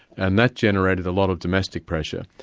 and that generated a lot of domestic pressure.